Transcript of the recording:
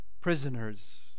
prisoners